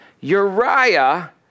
Uriah